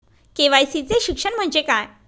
KYC चे शिक्षण म्हणजे काय?